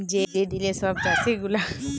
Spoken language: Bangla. যে দিলে সব চাষী গুলা বাজারে ফসল বিক্রি ক্যরতে যায়